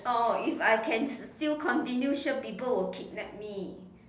oh if I can still continue sure people will kidnap me